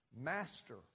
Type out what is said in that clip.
Master